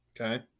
Okay